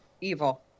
Evil